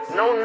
no